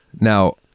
Now